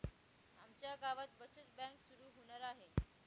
आमच्या गावात बचत बँक सुरू होणार आहे